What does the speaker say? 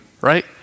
right